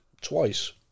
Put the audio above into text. twice